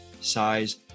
size